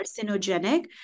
carcinogenic